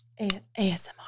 ASMR